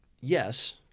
Yes